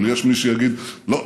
אבל יש מי שיגיד: לא,